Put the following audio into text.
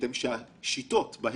יש דברים שצריך לקחת לפיהם את הביטחונות.